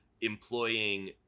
employing